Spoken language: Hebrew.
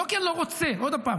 לא כי אני לא רוצה, עוד הפעם.